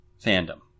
fandom –